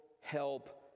help